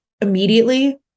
immediately